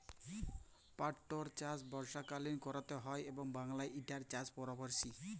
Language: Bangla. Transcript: পাটটর চাষ বর্ষাকালীন ক্যরতে হয় এবং বাংলায় ইটার চাষ পরসারিত